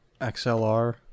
XLR